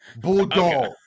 bulldog